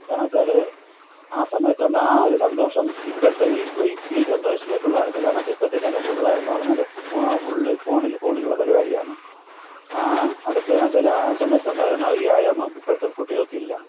കാരണം വെച്ചാൽ ആ സമയത്തുണ്ടായ ആ ഒരു സന്തോഷം ഇപ്പോഴത്തെ ഈ ഈ ജനറേഷനിലെ പിള്ളേർക്ക് കാരണം വെച്ചാൽ ഇപ്പോഴത്തെ ജനറേഷനിലെ പിള്ളേരെന്ന് പറഞ്ഞാൽ ഫുള്ള് ഫോണിൽ ഫോണിലുള്ള പരിപാടിയാണ് ആ അതൊക്കെയെന്ന് വെച്ചാൽ ആ സമയത്തുണ്ടായിരുന്ന ഒരു വ്യായാമം ഇപ്പോഴത്തെ കുട്ടികൾക്കില്ല